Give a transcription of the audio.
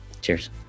Cheers